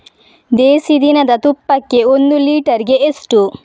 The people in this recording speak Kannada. ದೇಸಿ ದನದ ತುಪ್ಪಕ್ಕೆ ಒಂದು ಲೀಟರ್ಗೆ ಎಷ್ಟು?